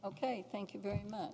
ok thank you very much